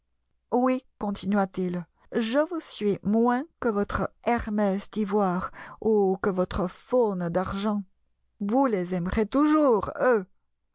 oui continua-t-il je vous suis moins que votre kermès d'ivoire ou que votre faune d'argent vous les aimerez toujours